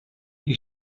die